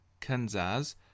Kenzaz